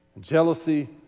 Jealousy